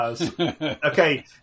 okay